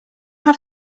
have